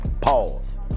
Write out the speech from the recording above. Pause